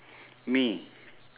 me